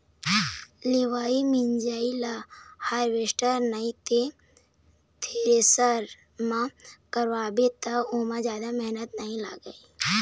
लिवई मिंजई ल हारवेस्टर नइ ते थेरेसर म करवाबे त ओमा जादा मेहनत नइ लागय